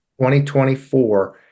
2024